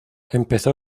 empezó